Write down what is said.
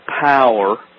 power